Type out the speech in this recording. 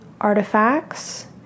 artifacts